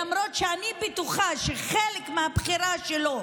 למרות שאני בטוחה שחלק מהבחירה שלו